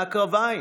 מהקרביים,